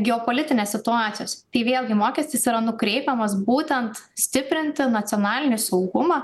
geopolitinės situacijos tai vėlgi mokestis yra nukreipiamas būtent stiprinti nacionalinį saugumą